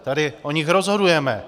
Tady o nich rozhodujeme.